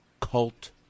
cult